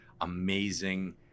amazing